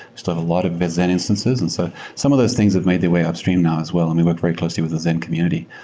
still have a lot of the but zen instances. and so some of those things have made their way upstream now as well and we work very closely with the zen community.